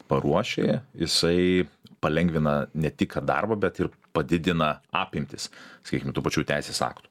paruoši jisai palengvina ne tik darbą bet ir padidina apimtis sakykim tų pačių teisės aktų